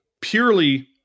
purely